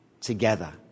together